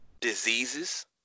diseases